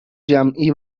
جمعی